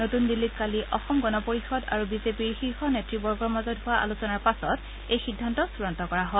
নতূন দিল্লীত কালি অসম গণ পৰিয়দ আৰু বিজেপিৰ শীৰ্ষ নেতবৰ্গৰ মাজত হোৱা আলোচনাৰ পাছত এই সিদ্ধান্ত চূড়ান্ত কৰা হয়